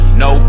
no